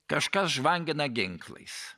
kažkas žvangina ginklais